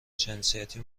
جنسیتی